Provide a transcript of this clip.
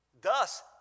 Thus